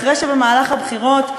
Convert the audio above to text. אחרי שבמהלך הבחירות,